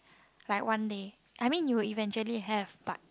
like one day I mean you will eventually have but